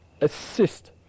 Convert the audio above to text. assist